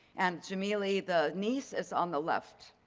and jimelee, the niece is on the left.